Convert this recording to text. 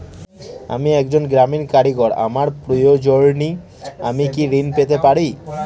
আমি একজন গ্রামীণ কারিগর আমার প্রয়োজনৃ আমি কি ঋণ পেতে পারি?